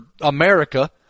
America